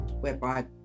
whereby